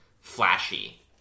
flashy